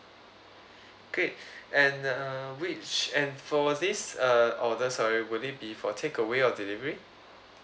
great and uh which and for this uh order sorry would it be for takeaway or delivery